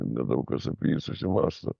nedaug kas apie jį susimąsto